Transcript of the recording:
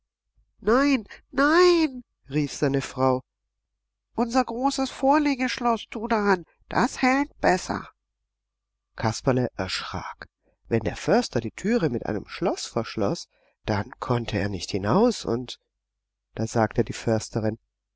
nein nein rief seine frau unser großes vorlegeschloß tu dran das hält besser kasperle erschrak wenn der förster die türe mit einem schloß verschloß dann konnte er nicht hinaus und da sagte die försterin